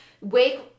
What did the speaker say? wake